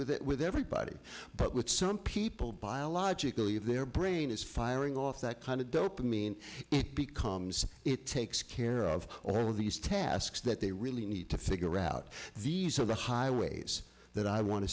with it with everybody but with some people biologically their brain is firing off that kind of dope and mean it becomes it takes care of all of these tasks that they really need to figure out these are the highways that i want to